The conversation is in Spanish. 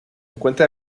encuentra